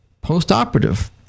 post-operative